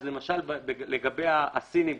אז לגבי הסינית,